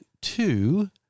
two